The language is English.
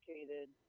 educated